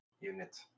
unit